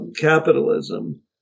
capitalism